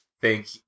thank